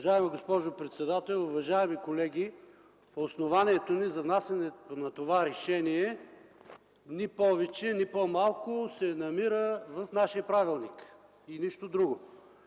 Уважаема госпожо председател, уважаеми колеги, основанието ни за внасянето на това решение ни повече, ни по-малко се намира в нашия правилник и нищо друго.